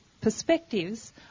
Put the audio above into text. perspectives